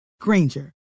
Granger